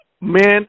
man